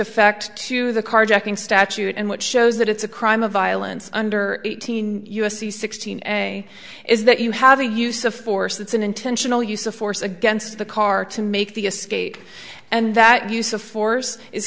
effect to the carjacking statute and what shows that it's a crime of violence under eighteen u s c sixteen a is that you have a use of force that's an intentional use of force against the car to make the escape and that use of force is